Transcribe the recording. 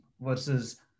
versus